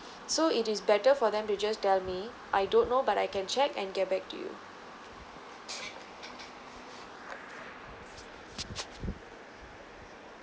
so it is better for them to just tell me I don't know but I can check and get back to you